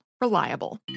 reliable